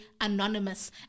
anonymous